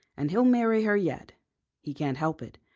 and he'll marry her yet he can't help it.